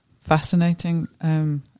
Fascinating